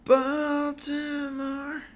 Baltimore